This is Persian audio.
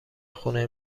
خونه